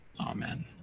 Amen